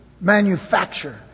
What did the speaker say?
manufacture